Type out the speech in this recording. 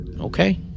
okay